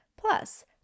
Plus